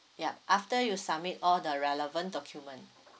yup after you submit all the relevant document